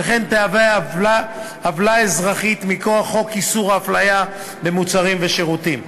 וכן תהווה עוולה אזרחית מכוח חוק איסור הפליה במוצרים ושירותים.